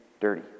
dirty